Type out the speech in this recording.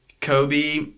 Kobe